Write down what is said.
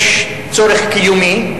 יש צורך קיומי,